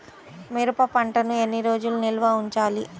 మిరప పంటను ఎన్ని రోజులు నిల్వ ఉంచాలి?